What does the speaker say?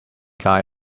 guy